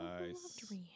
Nice